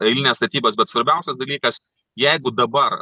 eilines statybas bet svarbiausias dalykas jeigu dabar